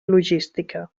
logística